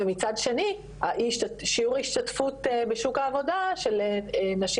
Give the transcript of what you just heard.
ומצד שני שיעור ההשתתפות בשוק העבודה של נשים